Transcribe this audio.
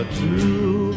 true